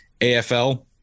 AFL